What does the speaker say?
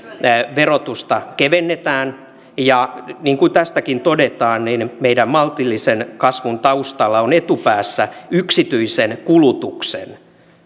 verotusta kevennetään ja niin kuin tästäkin todetaan niin meidän maltillisen kasvun taustalla on etupäässä yksityisen kulutuksen